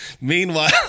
meanwhile